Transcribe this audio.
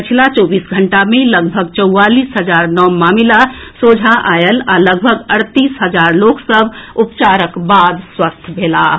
पछिला चौबीस घंटा मे लगभग चौवालीस हजार नव मामिला सोझा आएल आ लगभग अड़तीस हजार लोक सभ उपचारक बाद स्वस्थ भेलाह